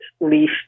leaf